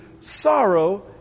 sorrow